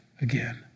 again